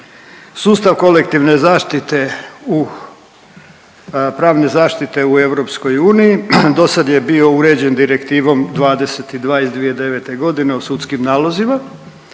u, pravne zaštite u EU dosad je bio uređen Direktivom 22 iz 2009.g. o sudskim nalozima